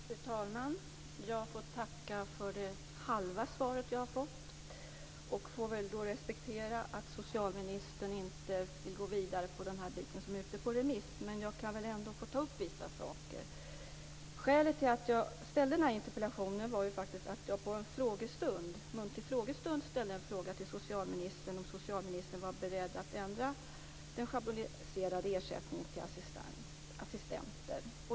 Fru talman! Jag tackar för det halva svar jag har fått. Jag får väl respektera att socialministern inte vill gå vidare när det gäller den del som är ute på remiss, men jag kan väl ändå få ta upp vissa saker. Skälet till att jag ställde den här interpellationen var att jag på en muntlig frågestund ställde en fråga till socialministern om socialministern var beredd att ändra den schabloniserade ersättningen till assistenter.